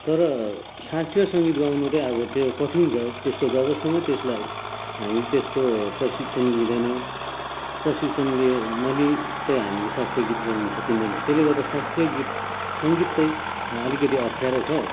तर शास्त्रीय सङ्गीत गाउनु चाहिँ अब त्यो कठिन छ त्यसको जबसम्म त्यसलाई हामीले त्यसको प्रशिक्षण लिँदैनौँ प्रशिक्षण लिएँ नलिइ चाहिँ हामीले शास्त्रीय गीत गाउनु सकिँदैन त्यसले गर्दा शास्त्रीय गीत सङ्गीत चाहिँ अलिकति अप्ठ्यारो छ